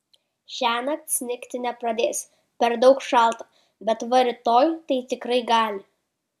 šiąnakt snigti nepradės per daug šalta bet va rytoj tai tikrai gali